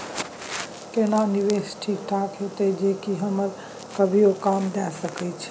केना निवेश ठीक होते जे की हमरा कभियो काम दय सके?